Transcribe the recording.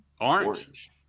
orange